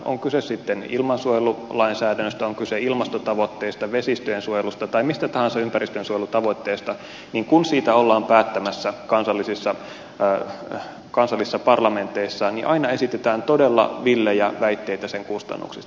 on kyse sitten ilmansuojelulainsäädännöstä on kyse ilmastotavoitteista vesistöjen suojelusta tai mistä tahansa ympäristönsuojelutavoitteesta niin kun siitä ollaan päättämässä kansallisissa parlamenteissa aina esitetään todella villejä väitteitä sen kustannuksista